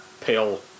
pale